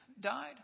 died